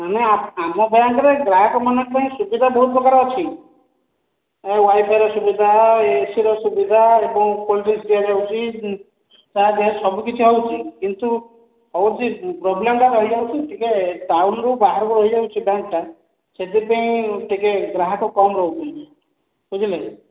ଆମେ ଆମ ବ୍ୟାଙ୍କ୍ ରେ ଗ୍ରାହକମାନଙ୍କ ପାଇଁ ସୁବିଧା ବହୁତ ପ୍ରକାର ଅଛି ୱାଇଫାଇର ସୁବିଧା ଏସିର ସୁବିଧା ଏବଂ କୋଲ୍ଡ ଡ୍ରିଙ୍କସ୍ ର ଦିଆ ଯାଉଛି ତା କେଶ ସବୁ କିଛି ହେଉଛି କିନ୍ତୁ ହେଉଛି ପ୍ରୋବ୍ଲେମ୍ ଟା ରହିଯାଉଛି ଟିକେ ଟାଉନରୁ ବାହାରେ ରହିଯାଉଛି ବ୍ୟାଙ୍କ୍ ଟା ସେଥିପାଇଁ ଟିକେ ଗ୍ରାହକ କମ୍ ରହୁଛନ୍ତି ବୁଝିଲେ